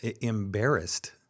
embarrassed